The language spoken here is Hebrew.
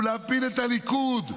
ולהפיל את הליכוד.